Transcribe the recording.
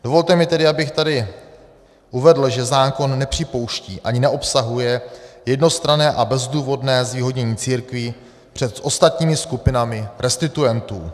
Dovolte mi tedy, abych tady uvedl, že zákon nepřipouští ani neobsahuje jednostranné a bezdůvodné zvýhodnění církví před ostatními skupinami restituentů.